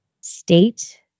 state